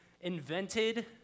invented